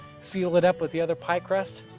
seal it up with the other pie crust,